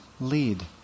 lead